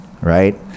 right